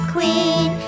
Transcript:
Queen